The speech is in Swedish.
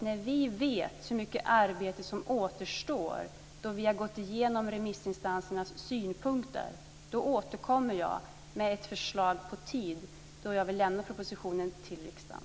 När vi vet hur mycket arbete som återstår, när vi har gått igenom remissinstansernas synpunkter, återkommer jag med ett förslag till tid då jag vill lämna propositionen till riksdagen.